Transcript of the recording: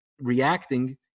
reacting